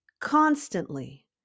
constantly